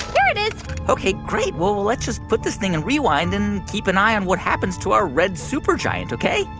here it is ok, great. well, let's just put this thing in rewind and keep an eye on what happens to our red supergiant, ok?